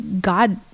God